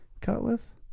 Cutlass